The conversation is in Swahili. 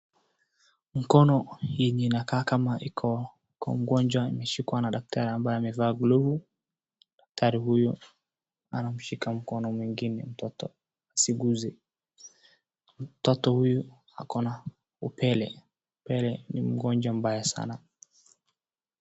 Mkono wenye inakaa kama iko mgonjwa, imeshikwa na daktari ambaye amevaa glove . Daktari huyu anamshika mkono mwingine, mtoto asimuguze. Mtoto huyu ako na upere-upere, ni ugonjwa baya sana.